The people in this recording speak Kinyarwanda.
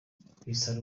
bisa